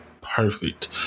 perfect